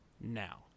now